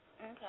Okay